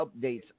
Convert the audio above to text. updates